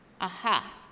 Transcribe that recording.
Aha